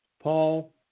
Paul